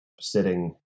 sitting